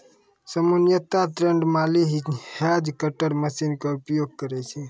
सामान्यतया ट्रेंड माली हीं हेज कटर मशीन के उपयोग करै छै